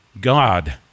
God